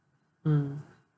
mm